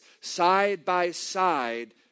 side-by-side